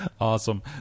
Awesome